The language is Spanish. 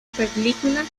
película